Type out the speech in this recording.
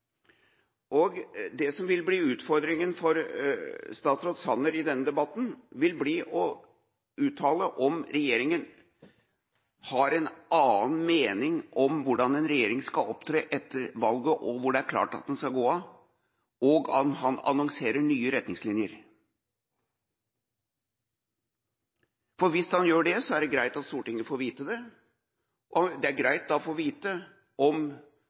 politisk. Det som vil bli utfordringa for statsråd Sanner i denne debatten, vil bli å uttale om regjeringa har en annen mening om hvordan en regjering skal opptre etter valget, når det er klart at den skal gå av, og om han annonserer nye retningslinjer. For hvis han gjør det, er det greit at Stortinget får vite det. Det er greit å få vite om